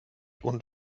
und